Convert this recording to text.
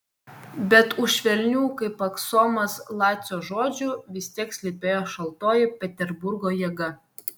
bet už švelnių kaip aksomas lacio žodžių vis tiek slypėjo šaltoji peterburgo jėga